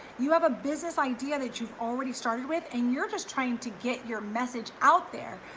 you have a business idea that you've already started with and you're just trying to get your message out there.